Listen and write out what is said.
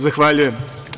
Zahvaljujem.